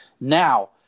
Now